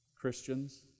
Christians